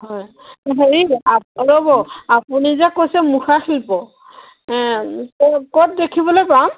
হয় হেৰি আ ৰ'ব আপুনি যে কৈছে মুখা শিল্প ক'ত ক'ত দেখিবলৈ পাম